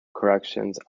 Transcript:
corrections